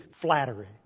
flattery